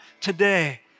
today